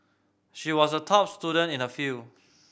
she was a top student in her field